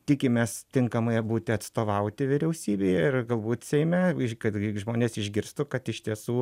tikimės tinkamai būti atstovauti vyriausybėje ir galbūt seime kad žmonės išgirstų kad iš tiesų